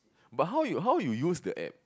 but how you how you use the app